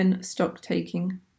stock-taking